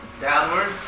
downward